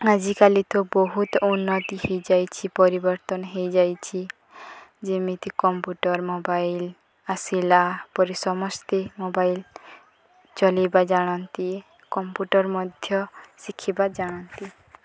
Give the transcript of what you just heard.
ଆଜିକାଲି ତ ବହୁତ ଉନ୍ନତି ହେଇଯାଇଛି ପରିବର୍ତ୍ତନ ହେଇଯାଇଛି ଯେମିତି କମ୍ପ୍ୟୁଟର ମୋବାଇଲ ଆସିଲା ପରି ସମସ୍ତେ ମୋବାଇଲ ଚଲାଇବା ଜାଣନ୍ତି କମ୍ପ୍ୟୁଟର ମଧ୍ୟ ଶିଖିବା ଜାଣନ୍ତି